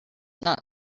not